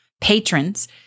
Patrons